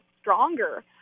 stronger